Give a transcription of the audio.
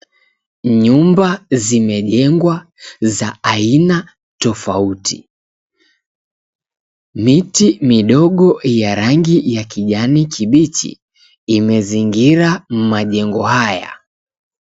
Nyumba zimejengwa za aina tofauti. Miti midogo ya rangi ya kijani kibichi, imezingira majengo haya.